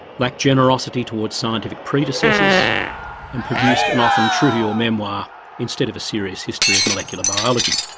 lacked generosity towards scientific predecessors and produced an often trivial memoir instead of a serious history of molecular biology.